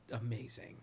amazing